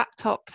laptops